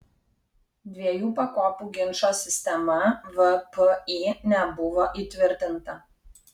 dviejų pakopų ginčo sistema vpį nebuvo įtvirtinta